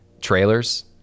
Trailers